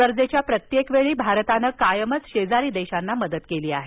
गरजेच्या प्रत्येक वेळी भारतानं कायमच शेजारी देशांना मदत केली आहे